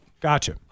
Gotcha